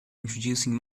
introducing